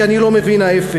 כי אני לא מבין את ההפך.